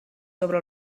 sobre